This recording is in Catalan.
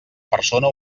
persona